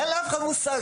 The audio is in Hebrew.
אין לאף אחד מושג.